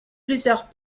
plusieurs